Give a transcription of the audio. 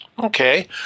Okay